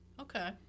Okay